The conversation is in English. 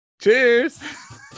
Cheers